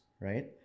right